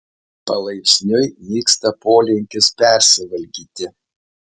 palaipsniui nyksta polinkis persivalgyti